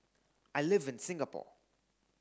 I live in Singapore